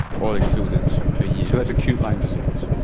all included, per year. so that's acute lyme disease?